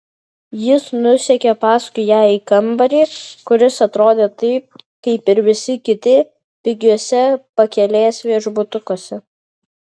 jis nusekė paskui ją į kambarį kuris atrodė taip kaip ir visi kiti pigiuose pakelės viešbutukuose